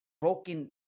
broken